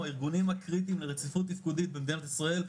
או הארגונים הקריטיים לרציפות תפקודית במדינת ישראל,